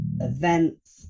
events